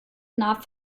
nah